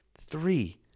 Three